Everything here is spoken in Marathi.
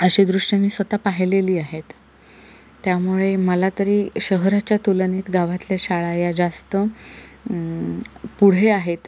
अशी दृश्यं मी स्वतः पाहिलेली आहेत त्यामुळे मला तरी शहराच्या तुलनेत गावातल्या शाळा या जास्त पुढे आहेत